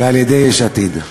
ועל-ידי יש עתיד.